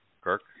kirk